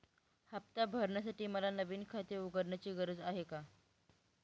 हफ्ता भरण्यासाठी मला नवीन खाते उघडण्याची गरज आहे का?